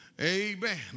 Amen